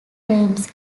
terms